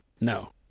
No